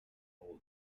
holden